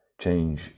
change